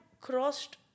crossed